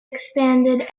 expanded